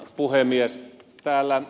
täällä ed